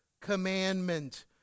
commandment